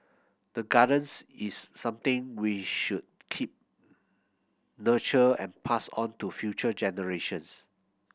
the gardens is something we should keep nurture and pass on to future generations